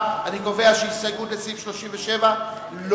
36. ההסתייגות לסעיף 35 נפלה.